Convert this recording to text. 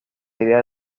idea